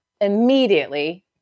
immediately